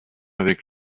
avec